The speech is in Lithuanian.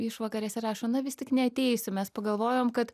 išvakarėse rašo na vis tik neateisiu mes pagalvojom kad